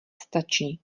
stačí